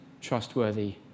trustworthy